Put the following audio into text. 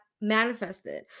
manifested